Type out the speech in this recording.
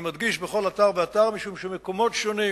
אני מדגיש: בכל אתר ואתר, משום שמקומות שונים